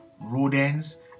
rodents